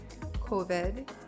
covid